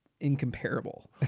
Incomparable